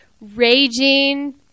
raging